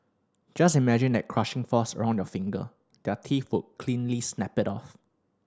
just imagine that crushing force around your finger their teeth would cleanly snap it off